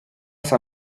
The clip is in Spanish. esa